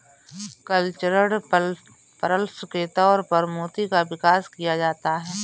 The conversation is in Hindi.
कल्चरड पर्ल्स के तौर पर मोती का विकास किया जाता है